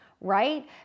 right